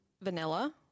vanilla